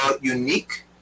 unique